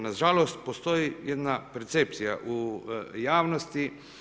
Na žalost postoji jedna percepcija u javnosti.